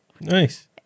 Nice